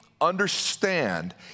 understand